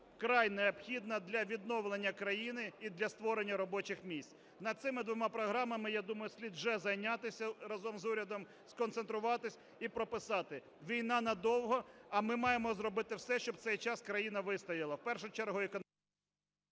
вкрай необхідна для відновлення країни і для створення робочих місць. Нам цими двома програмами, я думаю, слід вже зайнятися разом з урядом, сконцентруватись і прописати. Війна надовго, а ми маємо зробити все, щоб цей час країна вистояла